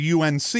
UNC